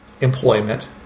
employment